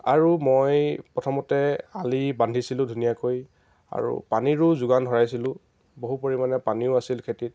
আৰু মই প্ৰথমতে আলি বান্ধিছিলোঁ ধুনীয়াকৈ আৰু পানীৰো যোগান ধৰাইছিলোঁ বহু পৰিমাণে পানীও আছিল খেতিত